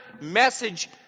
message